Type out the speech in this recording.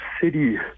city